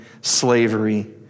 slavery